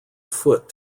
afoot